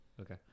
Okay